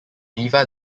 diva